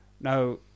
now